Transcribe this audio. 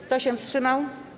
Kto się wstrzymał?